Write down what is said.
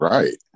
Right